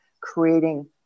creating